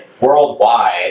worldwide